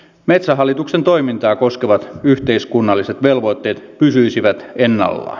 metsähallituksen toimintaa koskevat yhteiskunnalliset velvoitteet pysyisivät ennallaan